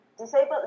Disabled